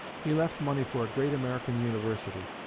he left money for a great american university.